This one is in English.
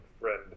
friend